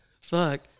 Fuck